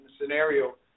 scenario